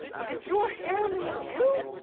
did your hair leave you,